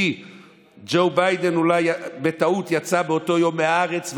כי ג'ו ביידן אולי בטעות יצא באותו יום מהארץ,